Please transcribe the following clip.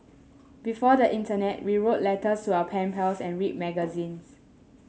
before the internet we wrote letters to our pen pals and read magazines